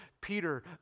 Peter